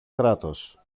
κράτος